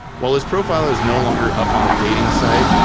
while his profile is no longer up on the dating site,